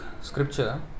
scripture